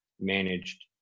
managed